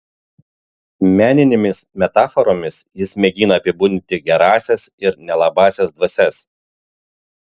meninėmis metaforomis jis mėgina apibūdinti gerąsias ir nelabąsias dvasias